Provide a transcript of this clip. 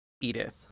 Edith